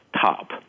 top